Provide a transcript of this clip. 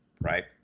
right